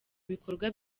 bikorwa